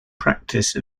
practice